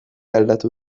aldatu